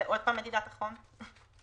פה מדובר במדידת חום לצוות.